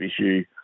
issue